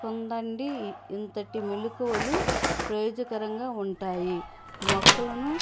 కుందండి ఇంతటి మెళుకువలు ప్రయోజకరంగా ఉంటాయి మొక్కలను